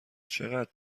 چقدر